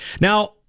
Now